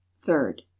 third